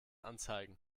anzeigen